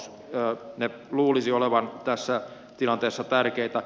niiden luulisi olevan tässä tilanteessa tärkeitä